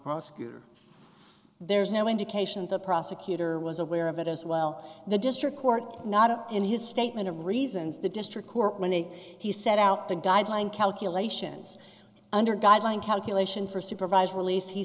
prosecutor there's no indication the prosecutor was aware of it as well the district court not in his statement of reasons the district court when it he set out the guideline calculations under guideline calculation for supervised release he